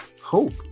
hope